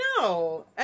No